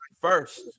first